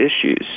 issues